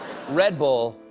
redbull,